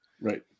right